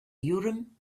urim